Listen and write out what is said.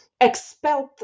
expelled